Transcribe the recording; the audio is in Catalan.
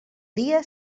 dia